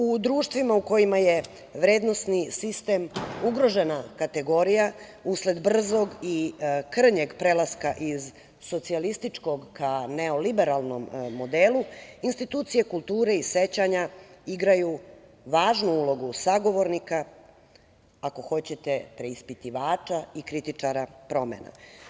U društvima u kojima je vrednosni sistem ugrožena kategorija usled brzog i krnjeg prelaska iz socijalističkog ka neoliberalnom modelu, institucija kulture i sećanja igraju važnu ulogu sagovornika, ako hoćete, preispitivača i kritičara promena.